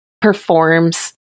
performs